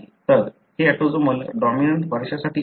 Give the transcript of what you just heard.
तर हे autosomal dominant वारसासाठी आहे